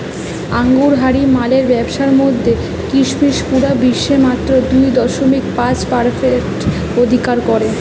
আঙুরহারি মালের ব্যাবসার মধ্যে কিসমিস পুরা বিশ্বে মাত্র দুই দশমিক পাঁচ পারসেন্ট অধিকার করে